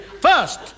first